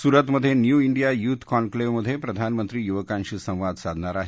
सुरतमधे new India youth कॉन्क्लेव्हमध्ये प्रधानमंत्री युवकांशी संवाद साधणार आहेत